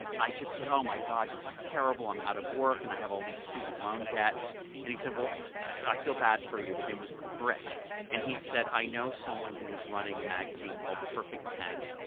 and i just said oh, my god, this is terrible, i'm out of work and i have all these student loan debts and he said i feel bad for you, his name was britt and he said i know someone who is running a magazine called perfect ten,